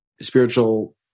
spiritual